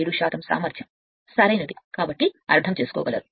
47 సామర్థ్యం సరైనది కాబట్టి అర్థమయ్యేది